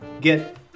get